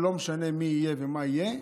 ולא משנה מי יהיה ומה יהיה,